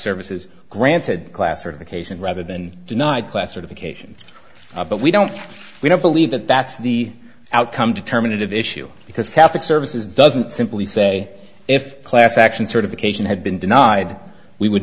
services granted classification rather than denied classification but we don't we don't believe that that's the outcome determinative issue because catholic services doesn't simply say if class action certification had been denied we would